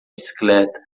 bicicleta